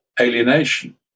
alienation